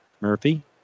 Murphy